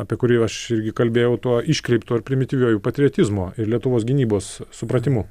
apie kurį aš irgi kalbėjau tuo iškreiptu ar primityviuoju patriotizmu ir lietuvos gynybos supratimu